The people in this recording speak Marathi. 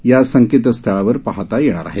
या संकेतस्थळावर पाहाता येणार आहेत